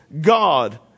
God